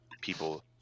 people